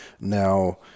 Now